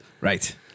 Right